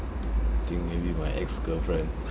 I think maybe my ex girlfriend